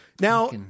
Now